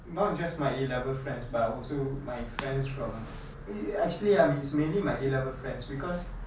not just my A level friends but also my friends from e~ actually I mean it's mainly my A level friends because